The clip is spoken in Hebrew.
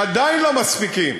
שעדיין לא מספיקים,